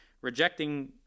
rejecting